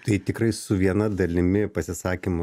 tai tikrai su viena dalimi pasisakymo